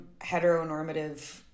heteronormative